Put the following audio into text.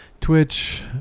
Twitch